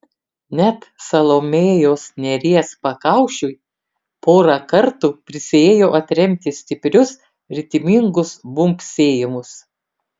net salomėjos nėries pakaušiui porą kartų prisiėjo atremti stiprius ritmingus bumbsėjimus